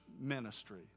ministry